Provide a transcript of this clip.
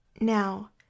Now